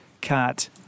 cat